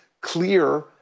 clear